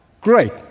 Great